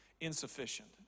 insufficient